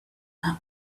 that